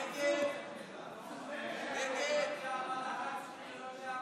את הצעת חוק לצמצום השימוש בשקיות נשיאה